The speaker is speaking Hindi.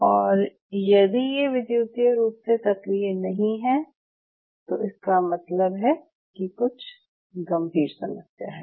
और यदि ये विद्युतीय रूप से सक्रिय नहीं हैं तो इसका मतलब है कि कुछ गंभीर समस्या है